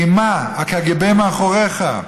אימה, הקג"ב מאחוריך,